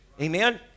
Amen